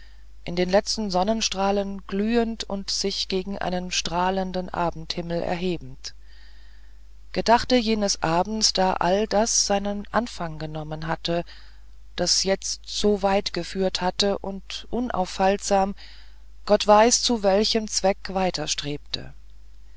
in den letzten sonnenstrahlen glühend und sich gegen einen strahlenden abendhimmel erhebend gedachte jenes abends da all das seinen anfang genommen hatte das jetzt so weit geführt hatte und unaufhaltsam gott weiß zu welchem ziele